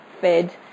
fed